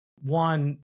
One